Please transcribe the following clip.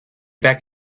back